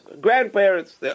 grandparents